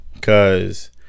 cause